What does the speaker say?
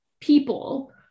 people